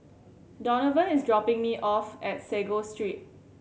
Donovan is dropping me off at Sago Street